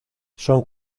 son